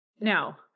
Now